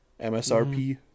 msrp